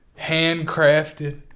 handcrafted